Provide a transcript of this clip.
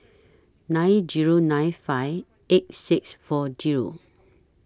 nine Zero nine five eight six four Zero